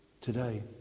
today